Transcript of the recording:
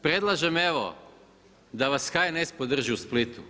Predlažem evo da vas HNS podrži u Splitu.